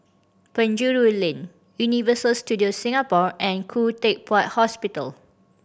Penjuru Lane Universal Studios Singapore and Khoo Teck Puat Hospital